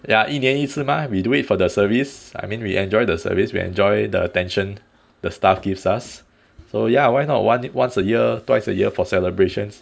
ya 一年一次 mah we do it for the service I mean we enjoy the service we enjoy the attention the staff gives us so ya why not one once a year twice a year for celebrations